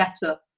better